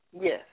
Yes